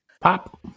Pop